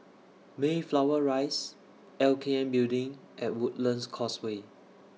Mayflower Rise LKN Building and Woodlands Causeway